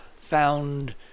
found